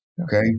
Okay